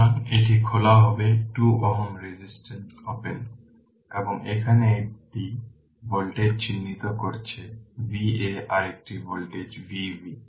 সুতরাং এটি খোলা হবে 2 Ω রেজিস্ট্যান্স ওপেন এবং এখানে একটি ভোল্টেজ চিহ্নিত করেছে Va আরেকটি ভোল্টেজ Vb